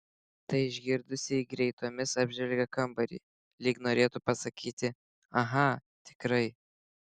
tai išgirdusi ji greitomis apžvelgia kambarį lyg norėtų pasakyti aha tikrai